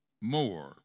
more